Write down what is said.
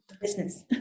business